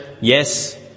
yes